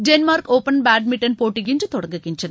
Denmark open badminton போட்டி இன்று தொடங்குகின்றன